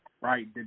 right